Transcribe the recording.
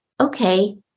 okay